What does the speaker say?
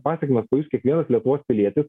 pasekmes pajus kiekvienas lietuvos pilietis